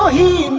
he